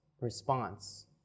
response